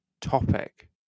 topic